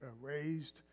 raised